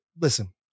listen